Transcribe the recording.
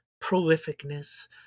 prolificness